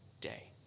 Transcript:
day